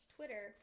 Twitter